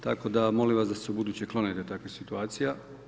Tako da molim vas da se u buduće klonite takvih situacija.